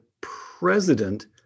president